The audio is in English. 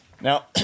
Now